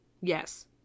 Yes